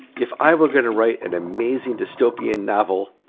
if i were gonna write an amazing dystopian novel,